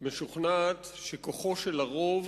משוכנעת שכוחו של הרוב